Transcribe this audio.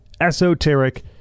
Esoteric